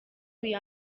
gatatu